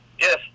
Yes